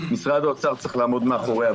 משרד האוצר צריך לעמוד מאחוריה.